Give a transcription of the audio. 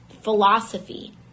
philosophy